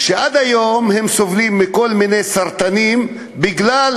עד היום הם סובלים מכל מיני סרטנים בגלל